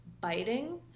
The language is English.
biting